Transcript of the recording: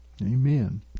Amen